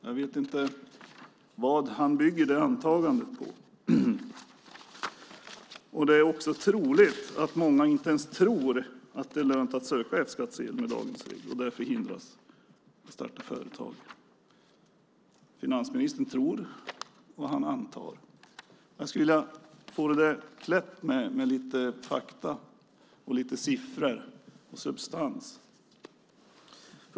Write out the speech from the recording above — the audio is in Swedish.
Jag vet inte vad han bygger detta antagande på. Han säger också att det är troligt att många inte ens tror att det är lönt att söka F-skattsedel med dagens regler och därför hindras från att starta företag. Finansministern tror, och han antar. Jag skulle vilja få detta klätt med lite fakta, siffror och substans.